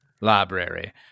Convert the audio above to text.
library